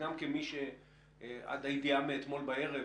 וגם כמי שעד הידיעה מאתמול בערב,